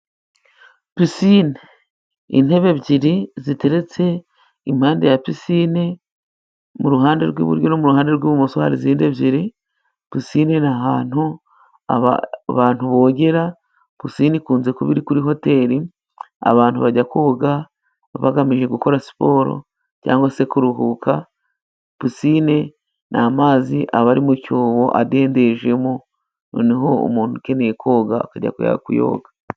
Pisinine, intebe ebyiri ziteretse impande ya pisine. Mu ruhande rw'iburyo no mu ruhande rw'imoso hari izindi ebyiri. Pisine ni ahantu abantu bogera. Pisine ikunze kuba iri kuri hoteli. Abantu bajya koga bagamije gukora siporo cyangwa se kuruhuka. Pisine ni amazi aba ari mu cyobo adendejemo, noneho umuntu ukeneye koga akajya kuyoga.